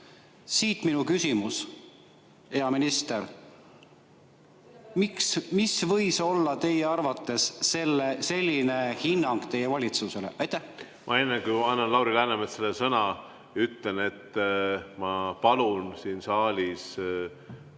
Siit minu küsimus, hea minister. Miks võis olla teie arvates selline hinnang teie valitsusele? Ma enne, kui annan Lauri Läänemetsale sõna, ütlen, et ma palun siin saalis